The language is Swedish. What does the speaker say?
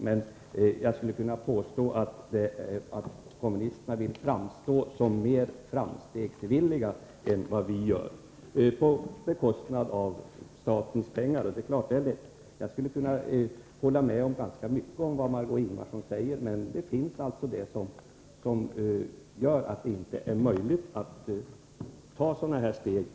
Men jag vill påstå att kommunisterna vill framstå som mera framstegsvilliga än vi, på statens bekostnad. Naturligtvis är det lätt att resonera som man gör. Jag kan instämma i ganska mycket av det som Margöé Ingvardsson säger. Men det finns saker som hindrar oss från att ideligen ta sådana steg.